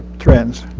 trends.